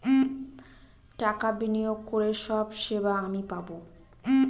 টাকা বিনিয়োগ করে সব সেবা আমি পাবো